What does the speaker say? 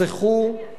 תושבים,